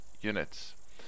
units